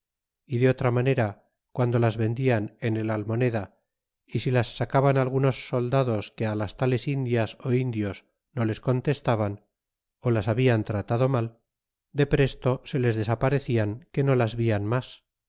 y de otra manera guando las vendian en el almoneda y si las sacaban algunos soldados que á las tales indias indios no les contestaban las habian tratado mal de presto se les desaparecian que no las vian mas